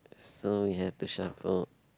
so we have to shuffle